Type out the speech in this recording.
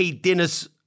dinners